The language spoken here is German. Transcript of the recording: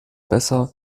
besser